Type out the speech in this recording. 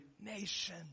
nation